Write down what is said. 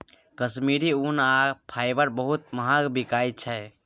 कश्मीरी ऊन आ फाईबर बहुत महग बिकाई छै